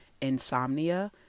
insomnia